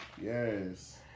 Yes